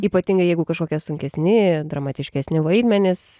ypatingai jeigu kažkokie sunkesni dramatiškesni vaidmenys